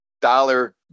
dollar